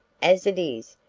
as it is,